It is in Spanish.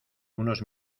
unos